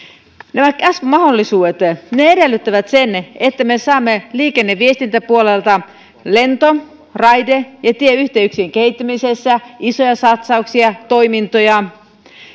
nämä mahdollisuudet edellyttävät että me saamme liikenne ja viestintäpuolelta lento raide ja tieyhteyksien kehittämisessä isoja satsauksia ja toimintoja